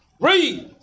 Read